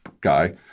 guy